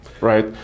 right